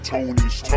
Tony's